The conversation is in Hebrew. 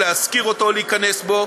להשכיר אותו או להיכנס אליו.